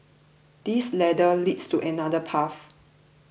this ladder leads to another path